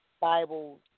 Bible